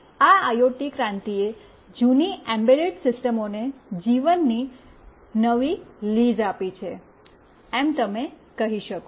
આ આઇઓટી ક્રાંતિએ જૂની એમબેડેડ સિસ્ટમોને જીવનની નવી લીઝ આપી છે એમ તમે કહી શકો